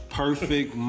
perfect